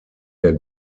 der